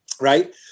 right